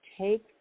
take